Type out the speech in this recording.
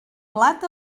blat